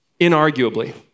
Inarguably